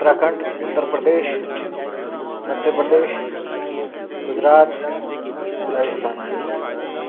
Uttarakhand Uttar Pradesh Madhya Pradesh Gujarat Rajasthan